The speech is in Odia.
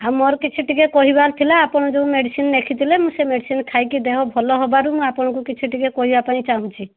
ଆଉ ମୋର କିଛି ଟିକିଏ କହିବାର ଥିଲା ଆପଣ ଯେଉଁ ମେଡ଼ିସିନ୍ ଲେଖିଥିଲେ ମୁଁ ସେ ମେଡ଼ିସିନ୍ ଖାଇକି ଦେହ ଭଲ ହେବାରୁ ମୁଁ ଆପଣଙ୍କୁ କିଛି ଟିକିଏ କହିବାପାଇଁ ଚାହୁଁଛି